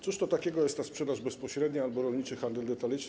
Cóż to takiego jest ta sprzedaż bezpośrednia albo rolniczy handel detaliczny?